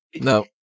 no